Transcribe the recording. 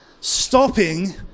stopping